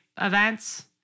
events